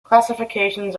classifications